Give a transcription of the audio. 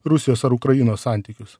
rusijos ar ukrainos santykius